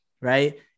right